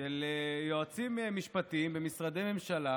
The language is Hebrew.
של יועצים משפטיים במשרדי ממשלה